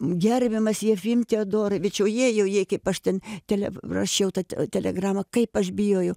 gerbiamas jiefimti adorovičiau jej ojej kaip aš ten teliav rašiau tą telegramą kaip aš bijojau